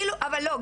לא,